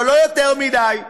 אבל לא יותר מדי: